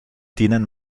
dienen